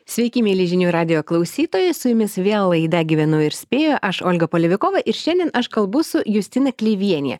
sveiki mieli žinių radijo klausytojai su jumis vėl laida gyvenu ir spėju aš olga palivikova ir šiandien aš kalbu su justina kleivienė